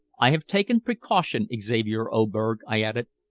i have taken precaution, xavier oberg, i added,